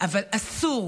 אבל אסור,